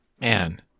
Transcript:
Man